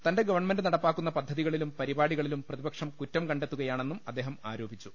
തന്റെ ഗവൺമെന്റ് നടപ്പാക്കുന്ന പദ്ധ തികളിലും പരിപാടികളിലും പ്രതിപക്ഷം കുറ്റം കണ്ടെത്തു കയാണെന്നും അദ്ദേഹം ആരോപിച്ചു